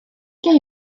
when